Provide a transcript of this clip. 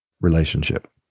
relationship